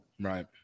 right